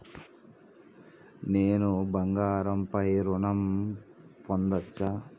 నేను బంగారం పై ఋణం పొందచ్చా?